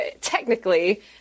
technically